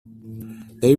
they